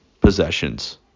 possessions